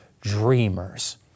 dreamers